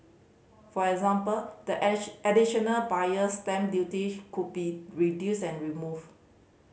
for example the addition Additional Buyer's Stamp Duty could be reduced or removed